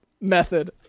method